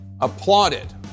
applauded